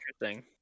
Interesting